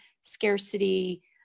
scarcity